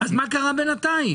אז מה קרה בינתיים?